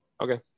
Okay